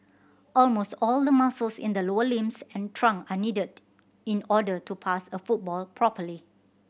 almost all the muscles in the lower limbs and trunk are needed in order to pass a football properly